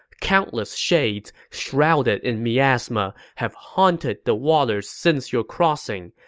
countless shades, shrouded in miasma, have haunted the waters since your crossing,